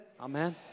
Amen